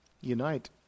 Unite